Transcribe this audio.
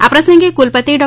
આ પ્રસંગે કુલપતિ ડૉ